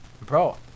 Bro